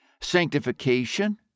Sanctification